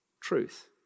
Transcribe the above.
truth